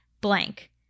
blank